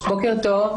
בוקר טוב.